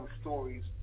stories